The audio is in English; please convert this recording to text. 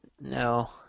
No